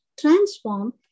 transform